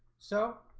so,